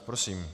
Prosím.